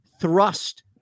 thrust